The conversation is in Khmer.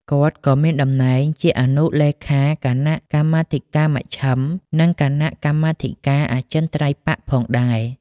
គាត់ក៏មានតំណែងជា អនុលេខាគណៈកម្មាធិការមជ្ឈិម និងគណៈកម្មាធិការអចិន្ត្រៃយ៍បក្ស ផងដែរ ។